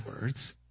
words